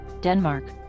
Denmark